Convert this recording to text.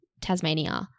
Tasmania